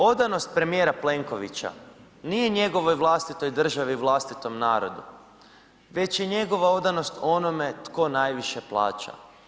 Odanost premijera Plenkovića nije njegovoj vlastitoj državi, vlastitom narodu, već je njegova odanost onome tko najviše plaća.